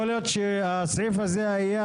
יכול להיות שהסעיף הזה היה,